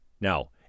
Now